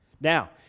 Now